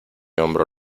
hombro